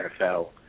NFL